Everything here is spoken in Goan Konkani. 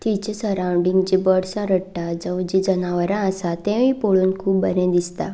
थंयचें सरावंडींग जीं बर्डसां रडटा जावं जीं जनावरां आसात तेंवूय पळोवन खूब बरें दिसतां